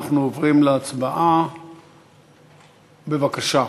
אנחנו עוברים להצבעה, בבקשה.